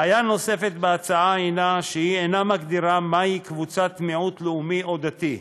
בעיה נוספת בהצעה היא שהיא אינה מגדירה מהי קבוצת מיעוט לאומי או דתי,